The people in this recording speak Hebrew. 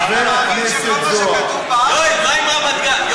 יואל, מה עם רמת-גן?